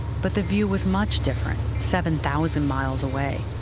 but the view was much different seven thousand miles away,